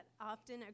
often